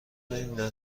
آیا